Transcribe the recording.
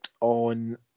on